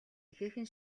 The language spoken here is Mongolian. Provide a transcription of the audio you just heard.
ихээхэн